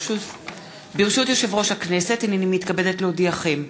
ברשות יושב-ראש הכנסת, הנני מתכבדת להודיעכם,